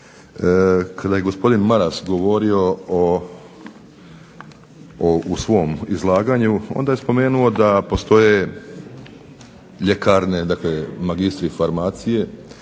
kada je gospodin Maras govorio o, u svom izlaganju onda je spomenuo da postoje ljekarne, dakle magistri farmacije,